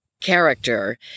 character